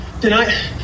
tonight